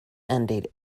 ended